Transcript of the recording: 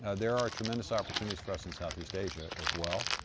ah there are tremendous opportunities for us in southeast asia as well.